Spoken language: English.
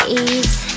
ease